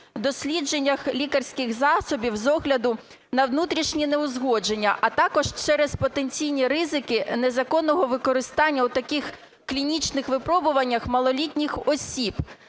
дослідженнях лікарських засобів з огляду на внутрішні неузгодження, а також через потенційні ризики незаконного використання в таких клінічних випробуваннях малолітніх осіб.